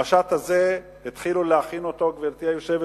את המשט הזה התחילו להכין בפברואר.